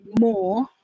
more